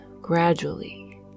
gradually